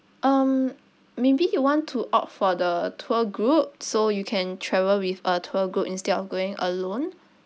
um maybe you want to opt for the tour group so you can travel with a tour group instead of going alone